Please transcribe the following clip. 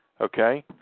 Okay